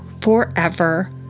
forever